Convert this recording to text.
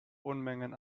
unmengen